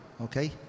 Okay